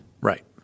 Right